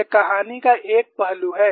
यह कहानी का एक पहलू है